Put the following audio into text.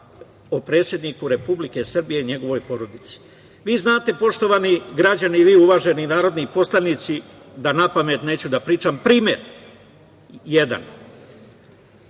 o predsedniku Republike Srbije i njegovoj porodici. Vi znate, poštovani građani i vi uvaženi narodni poslanici da napamet neću da pričam. Primer jedan,